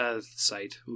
site